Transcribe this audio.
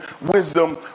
wisdom